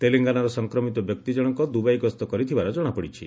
ତେଲଙ୍ଗନାର ସଂକ୍ରମିତ ବ୍ୟକ୍ତି ଜଣଙ୍କ ଦୁବାଇ ଗସ୍ତ କରିଥିବାର ଜଣାପଡ଼ିଛି